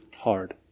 hard